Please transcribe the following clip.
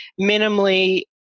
minimally